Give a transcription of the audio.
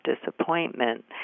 disappointment